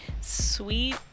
sweet